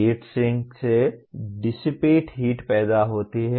heat sink से dissipate heat पैदा होती है